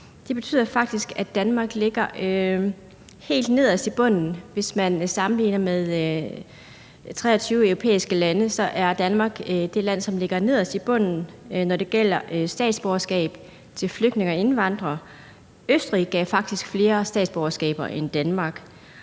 betyder, at Danmark ligger helt nederst i bunden. Hvis man sammenligner med 23 europæiske lande, er Danmark det land, som ligger nederst i bunden, når det gælder statsborgerskab til flygtninge og indvandrere. Østrig gav faktisk flere statsborgerskaber end Danmark.